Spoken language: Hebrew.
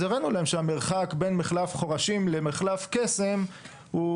אז הראינו להם שהמרחק בין מחלף חורשים למחלף קסם הוא